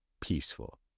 peaceful